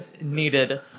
needed